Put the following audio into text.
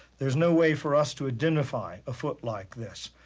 there's no way for us to identify a foot like this.